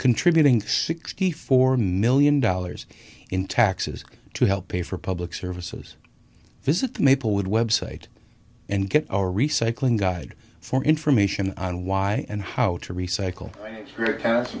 contributing sixty four million dollars in taxes to help pay for public services visit the maplewood website and get a recycling guide for information on why and how to recycle